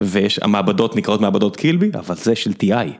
וש... המעבדות נקראות מעבדות קילבי, אבל זה של T.I.